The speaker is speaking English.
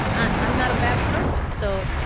i'm not a bad person, so